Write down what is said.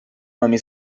nomi